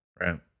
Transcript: Right